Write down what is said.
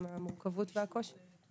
עם המורכבות והקושי.